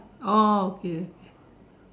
oh okay